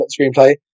screenplay